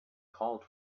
called